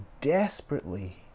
desperately